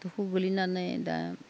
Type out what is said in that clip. दुखुआव गोग्लैनानै दा